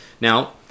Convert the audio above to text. Now